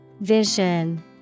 Vision